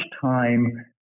time